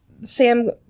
Sam